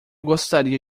gostaria